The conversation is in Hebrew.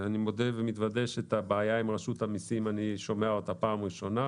אני מודה ומתוודה שאת הבעיה עם רשות המסים אני שומע כאן לראשונה.